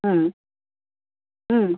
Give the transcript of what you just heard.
হুম হুম